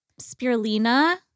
spirulina